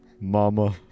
mama